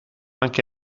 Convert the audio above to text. anche